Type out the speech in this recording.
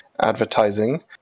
advertising